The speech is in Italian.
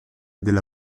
della